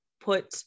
put